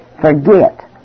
forget